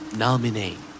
nominate